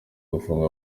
gufunga